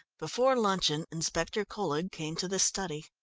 before luncheon inspector colhead came to the study.